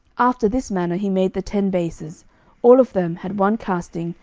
after this manner he made the ten bases all of them had one casting,